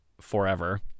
forever